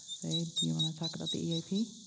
jose, do you want to talk about the eap?